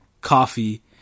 coffee